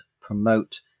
promote